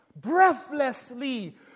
breathlessly